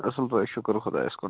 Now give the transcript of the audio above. اَصٕل پٲٹھۍ شُکُر خۄدایَس کُن